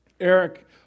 Eric